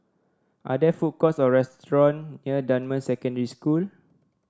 are there food courts or restaurant near Dunman Secondary School